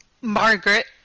Margaret